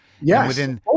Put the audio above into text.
Yes